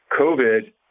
COVID